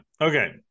Okay